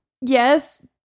yes